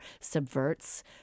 subverts